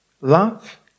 love